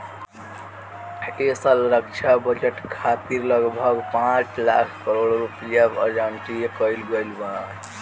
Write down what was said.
ऐ साल रक्षा बजट खातिर लगभग पाँच लाख करोड़ रुपिया आवंटित कईल गईल बावे